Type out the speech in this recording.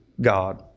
God